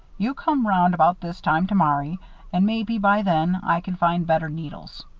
you come round about this time tomorry and maybe, by then, i can find better needles.